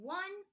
one